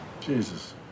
Jesus